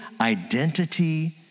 identity